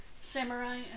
Samurai